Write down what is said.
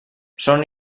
són